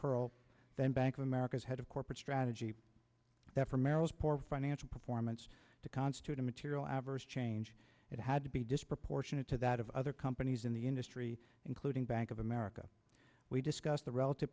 curl then bank of america as head of corporate strategy after merrill's poor financial performance to constitute a material adverse change it had to be disproportionate to that of other companies in the industry including bank of america we discussed the relative